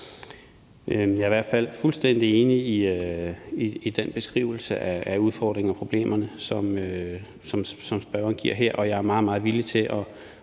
Jeg er i hvert fald fuldstændig enig i den beskrivelse af udfordringerne og problemerne, som spørgeren giver her, og jeg er meget, meget villig til at